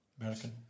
American